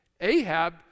Ahab